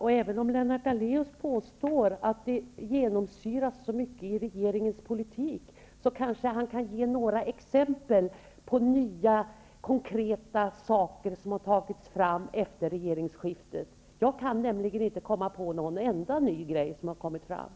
Lennart Daleus påstår att det genomsyrar regeringens politik. Han kanske kan ge några konkreta exempel på nya frågor som kommit upp efter regeringsskiftet. Jag kan inte komma på en enda sådan ny fråga.